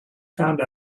found